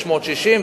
660,